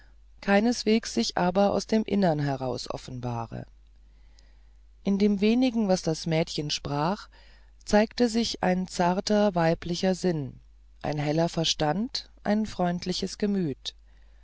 keinesweges sich aber aus dem innern heraus offenbare in dem wenigen was das mädchen sprach zeigte sich ein zarter weiblicher sinn ein heller verstand ein freundliches gemüt